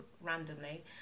randomly